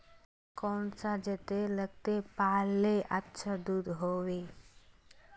कौन सा जतेर लगते पाल्ले अच्छा दूध होवे?